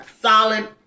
solid